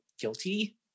guilty